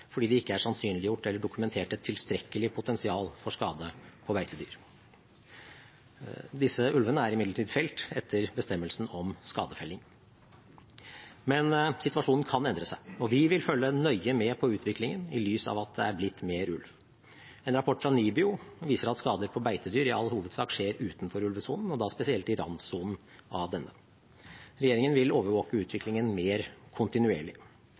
fordi det ikke er sannsynliggjort eller dokumentert et tilstrekkelig potensial for skade på beitedyr. Disse ulvene er imidlertid felt etter bestemmelsen om skadefelling. Men situasjonen kan endre seg, og vi vil følge nøye med på utviklingen i lys av at det er blitt mer ulv. En rapport fra NIBIO viser at skader på beitedyr i all hovedsak skjer utenfor ulvesonen, og da spesielt i randsonen av denne. Regjeringen vil overvåke utviklingen mer kontinuerlig.